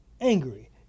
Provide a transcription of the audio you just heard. angry